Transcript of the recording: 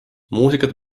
muusikat